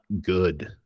good